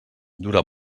dura